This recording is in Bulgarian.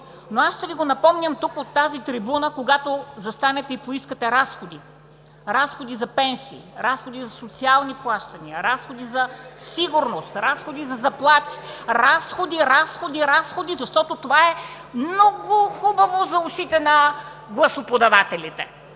Но аз ще Ви го напомням тук от тази трибуна, когато застанете и поискате разходи – разходи за пенсии, разходи за социални плащания, разходи за сигурност, разходи за заплати. Разходи, разходи, разходи! Защото това е много хубаво за ушите на гласоподавателите.